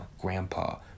grandpa